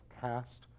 cast